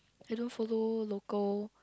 I don't follow local